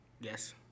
Yes